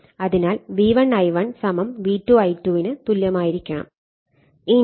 അതിനാൽ V1 I1 V2 I2 ന് തുല്യമായിരിക്കണം